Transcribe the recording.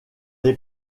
ses